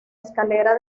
escalera